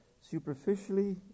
Superficially